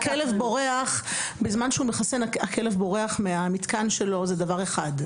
הכלב בורח מהמתקן שלו זה דבר אחד.